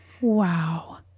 Wow